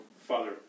Father